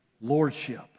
Lordship